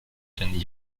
den